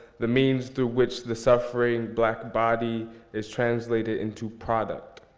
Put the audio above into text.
the means through which the suffering black body is translated into product,